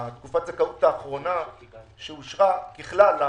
תקופת הזכאות האחרונה שאושרה ככלל,